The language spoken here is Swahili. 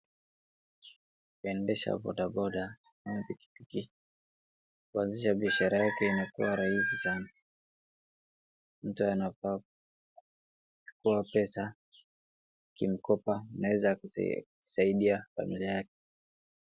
Kuendesha boda boda ama piki piki, kuanzisha biashara yake inakuwa rahisi sana. Mtu anafaa kupewa pesa kimkopa inaweza kusaidia familia yake.